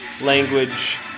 language